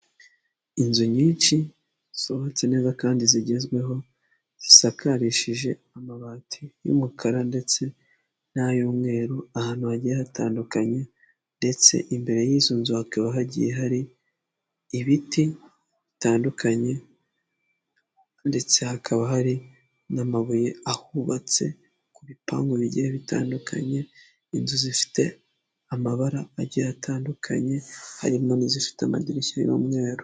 Inzu nyinshi zubatse neza kandi zigezweho zisakarishije amabati y'umukara ndetse n'ay'umweru ahantu hagiye hatandukanye, ndetse imbere y'izo nzu hakaba hagiye hari ibiti bitandukanye, ndetse hakaba hari n'amabuye ahubatse ku bipangu bigera bitandukanye, inzu zifite amabara atandukanye harimo n'izifite amadirishya y'umweru.